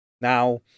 now